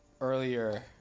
Earlier